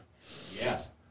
Yes